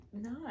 no